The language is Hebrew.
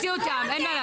עם כל הכבוד,